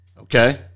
Okay